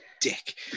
dick